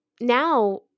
Now